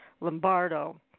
Lombardo